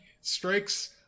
strikes